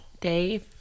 Dave